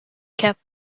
kept